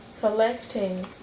collecting